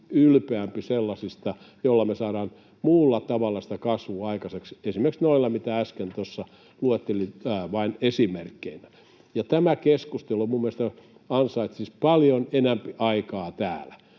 ylpeämpi sellaisesta, että me saadaan muulla tavalla sitä kasvua aikaiseksi, esimerkiksi noilla, mitä äsken tuossa luettelin vain esimerkkeinä. Ja tämä keskustelu minun mielestäni ansaitsisi paljon enempi aikaa täällä.